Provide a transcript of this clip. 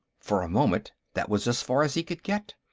for a moment, that was as far as he could get.